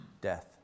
death